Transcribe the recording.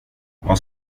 vad